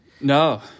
No